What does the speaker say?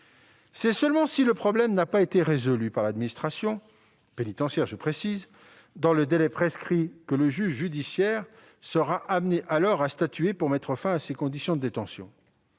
C'est seulement si le problème n'a pas été résolu par l'administration pénitentiaire dans le délai prescrit que le juge judiciaire sera alors amené à statuer pour mettre fin à ces conditions de détention.